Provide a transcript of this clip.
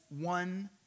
one